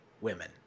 women